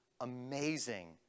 amazing